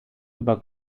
über